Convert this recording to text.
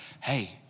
hey